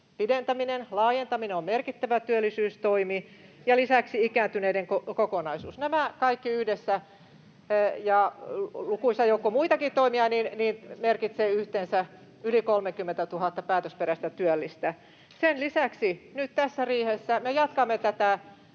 pidentäminen, laajentaminen on merkittävä työllisyystoimi, ja lisäksi on ikääntyneiden kokonaisuus. Nämä kaikki yhdessä ja lukuisa joukko muitakin toimia merkitsevät yhteensä yli 30 000 päätösperäistä työllistä. Sen lisäksi nyt tässä riihessä me jatkamme tätä